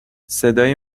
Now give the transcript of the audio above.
صدای